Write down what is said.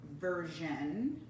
version